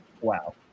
wow